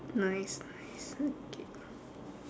nice nice okay